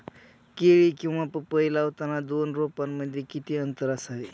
केळी किंवा पपई लावताना दोन रोपांमध्ये किती अंतर असावे?